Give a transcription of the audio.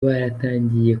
baratangiye